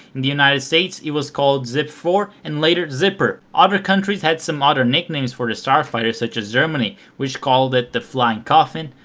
in the united states it was called zip four and later zipper. other countries had some other nicknames for the starfighter such as germany which called it the flying coffin,